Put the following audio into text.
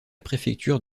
préfecture